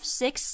six